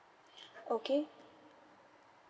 okay